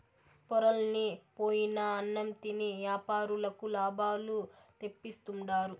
పొరలన్ని పోయిన అన్నం తిని యాపారులకు లాభాలు తెప్పిస్తుండారు